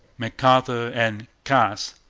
mcarthur and cass,